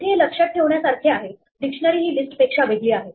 इथे हे लक्षात ठेवण्यासारखे आहे डिक्शनरी ही लिस्ट पेक्षा वेगळी आहे